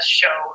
show